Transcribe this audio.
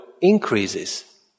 increases